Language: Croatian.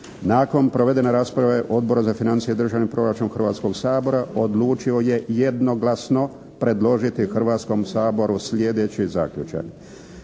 Nakon proveden rasprave Odbor za financije i državni proračun Hrvatskog sabora odlučio je jednoglasno predložiti Hrvatskom saboru sljedeći zaključak.